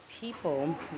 people